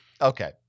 okay